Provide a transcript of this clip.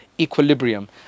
Equilibrium